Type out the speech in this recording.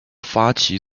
发起